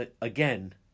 Again